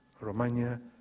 Romania